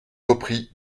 repris